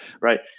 right